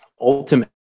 ultimately